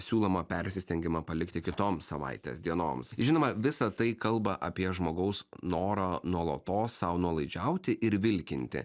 siūloma persistengimą palikti kitoms savaitės dienoms žinoma visa tai kalba apie žmogaus norą nuolatos sau nuolaidžiauti ir vilkinti